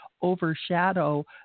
overshadow